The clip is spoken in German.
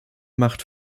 macht